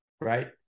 Right